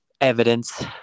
evidence